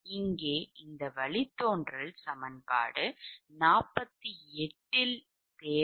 இங்கே இந்த வழித்தோன்றல் சமன்பாடு 48யில் தேவை